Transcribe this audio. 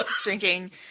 drinking